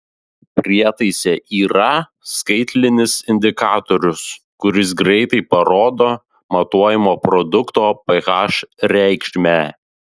prietaise yra skaitlinis indikatorius kuris greitai parodo matuojamo produkto ph reikšmę